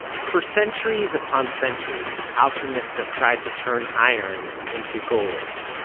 for centuries upon centuries alchemists have tried to turn iron into gold.